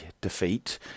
defeat